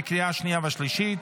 בקריאה שנייה ושלישית.